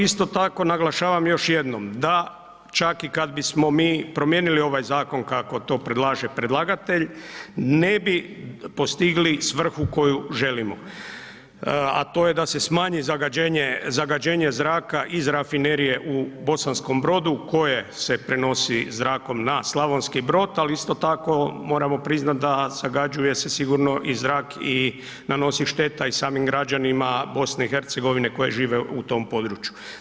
Isto tako naglašavam još jednom, da čak i kad bismo mi promijenili ovaj zakon kako to predlaže predlagatelj, ne bi postigli svrhu koju želimo, a to je da se smanji zagađenje zraka iz rafinerije u Bosanskom Brodu koje se prenosi zrakom na Slavonski Brod, ali isto tako moramo priznat da zagađuje se sigurno se i zrak i nanosi šteta i samim građanima BiH koji žive u tom području.